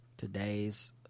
today's